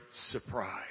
surprise